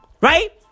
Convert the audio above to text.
Right